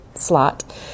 slot